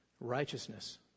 Righteousness